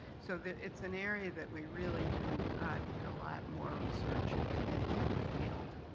so, that it's an area that we really do need a lot more research and into the field.